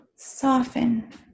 Soften